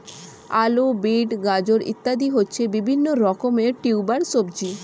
আলু, বিট, গাজর ইত্যাদি হচ্ছে বিভিন্ন রকমের টিউবার সবজি